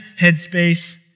headspace